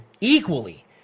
equally